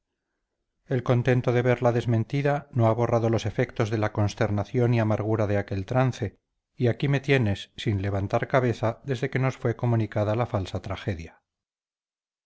el contento de verla desmentida no ha borrado los efectos de la consternación y amargura de aquel trance y aquí me tienes sin levantar cabeza desde que nos fue comunicada la falsa tragedia